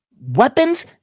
weapons